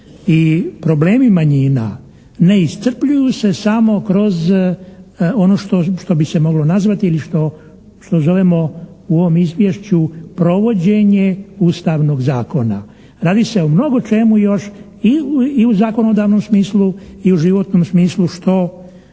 i problemi manjina ne iscrpljuju se samo kroz ono što bi se moglo nazvati ili što, što zovemo u ovom izvješću provođenje Ustavnog zakona. Radi se o mnogočemu još i u zakonodavnom smislu i u životnom smislu što,